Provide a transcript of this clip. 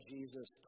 Jesus